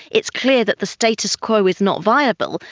it's clear that the status quo is not viable,